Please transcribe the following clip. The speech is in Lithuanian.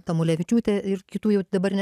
tamulevičiūtė ir kitų jau dabar ne